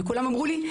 וכולם אמרו לי,